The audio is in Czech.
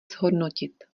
zhodnotit